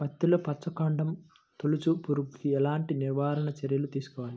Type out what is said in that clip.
పత్తిలో వచ్చుకాండం తొలుచు పురుగుకి ఎలాంటి నివారణ చర్యలు తీసుకోవాలి?